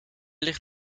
ligt